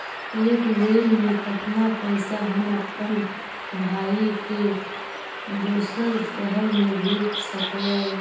एक बेर मे कतना पैसा हम अपन भाइ के दोसर शहर मे भेज सकबै?